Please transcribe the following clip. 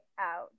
out